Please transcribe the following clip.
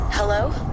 Hello